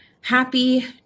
Happy